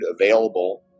available